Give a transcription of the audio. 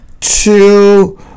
Two